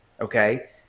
okay